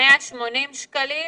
180 שקלים